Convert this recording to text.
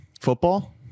football